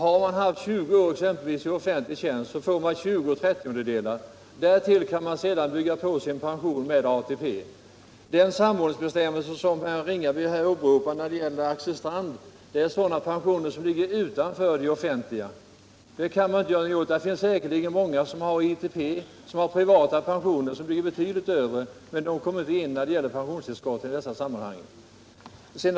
Har man haft 20 års anställning i offentlig tjänst, får man tjugo trettiondedelar. Därtill kan man sedan bygga på sin pension med ATP. Den samordningsbestämmelse som herr Ringaby åberopar när det gäller Axel Strand gäller sådana pensioner som ligger utanför det offentliga området. Den kan ha gjort att det säkerligen finns många som har ITP, som har privata pensioner som ligger betydligt över de offentliganställdas. Men de kommer inte in i detta sammanhang när det gäller pensionstillskotten.